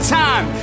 time